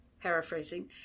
paraphrasing